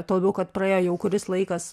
tuo labiau kad praėjo jau kuris laikas